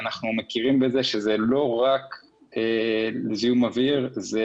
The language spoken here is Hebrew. אנחנו מכירים בזה שזה לא רק זיהום אוויר אלא זה